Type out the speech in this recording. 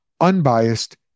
unbiased